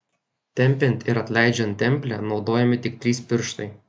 tempiant ir atleidžiant templę naudojami tik trys pirštai